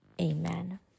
amen